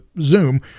Zoom